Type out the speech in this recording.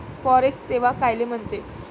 Forex सेवा कायले म्हनते?